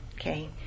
okay